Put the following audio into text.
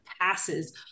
passes